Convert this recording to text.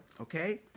Okay